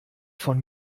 von